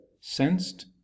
sensed